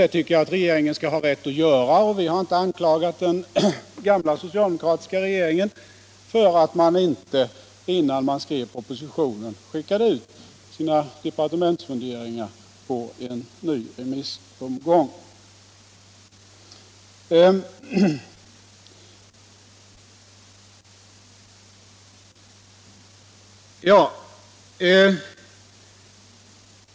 Det tycker jag att en regering skall ha rätt att göra, och vi har inte anklagat den gamla socialdemokratiska regeringen för att den inte, innan den skrev propositionen, skickade ut sina departementsfunderingar på en ny remissomgång.